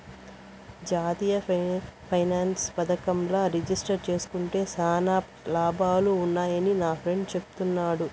జాతీయ పెన్సన్ పదకంల రిజిస్టర్ జేస్కుంటే శానా లాభాలు వున్నాయని నాఫ్రెండ్ చెప్పిన్నాడు